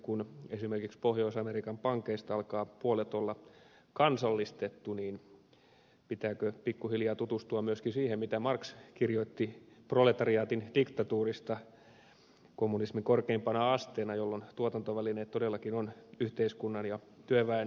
kun esimerkiksi pohjois amerikan pankeista alkaa puolet olla kansallistettu niin pitääkö pikkuhiljaa tutustua myöskin siihen mitä marx kirjoitti proletariaatin diktatuurista kommunismin korkeimpana asteena jolloin tuotantovälineet todellakin ovat yhteiskunnan ja työväen hallussa